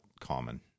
common